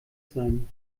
sein